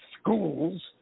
schools